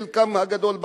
חלקם הגדול,